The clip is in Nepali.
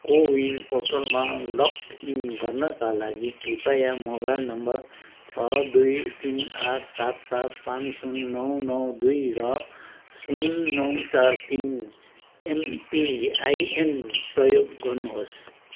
कोविन पोर्टलमा लगइन गर्नाका लागि कृपया मोबाइल नम्बर छ दुई तिन आठ सात सात पाँच सुन नौ नौ दुई र सुन नौ चार तिन एमपिआइएन प्रयोग गर्नुहोस्